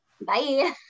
bye